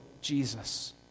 Jesus